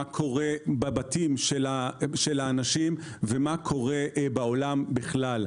מה קורה בבתים של אנשים ומה קורה בעולם בכלל.